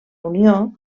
unió